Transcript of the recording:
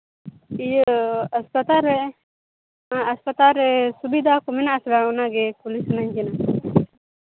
ᱤᱭᱟᱹ ᱦᱟᱥᱯᱟᱛᱟᱞ ᱨᱮ ᱦᱮᱸ ᱦᱟᱥᱯᱟᱛᱟᱞ ᱨᱮ ᱥᱩᱵᱤᱫᱟ ᱠᱚ ᱢᱮᱱᱟᱜᱼᱟ ᱥᱮ ᱵᱟᱝ ᱚᱱᱟᱜᱮ ᱠᱩᱞᱤ ᱥᱟᱱᱟᱧ ᱠᱟᱱᱟ